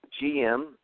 GM